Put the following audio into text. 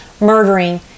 murdering